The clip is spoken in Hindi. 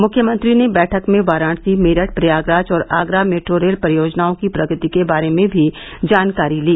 मुख्यमत्री ने बैठक में वाराणसी मेरठ प्रयागराज और आगरा मेट्रो रेल परियोजनाओं की प्रगति के बारे में भी जानकारी ली